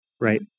right